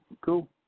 Cool